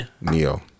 Neo